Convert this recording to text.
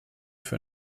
für